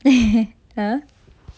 !huh!